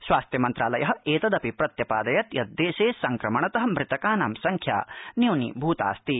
स्वास्थ्य मंत्रालय एतदपि प्रत्यपादयत् यत् देशे संक्रमणत मृतकानां संख्या न्यूनीभूतास्ति